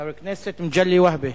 חבר הכנסת מגלי והבה,